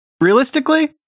Realistically